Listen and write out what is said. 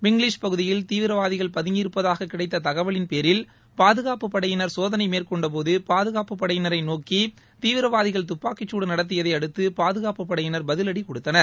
பிங்லிஷ் பகுதியில் தீவிரவாதிகள் பதங்கியிருப்பதாக கிடைத்த தகவலின் பேரில் பாதுகாப்புப் படையினர் சோதனை மேற்கொண்ட போது பாதுகாப்பு படையினரை நோக்கி தீவிரவாதிகள் துப்பாக்கிச் சூடு நடத்தியதை அடுத்து பாதுகாப்பு படையினர் பதிலடி கொடுத்தனர்